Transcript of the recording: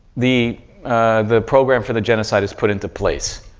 the the program for the genocide is put into place.